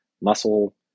muscle